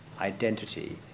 identity